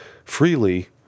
Freely